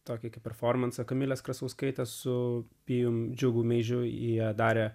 tokį performansą kamilė krasauskaitė su pijumi džiugu meižių į ją darė